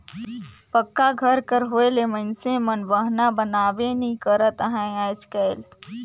पक्का घर कर होए ले मइनसे मन बहना बनाबे नी करत अहे आएज काएल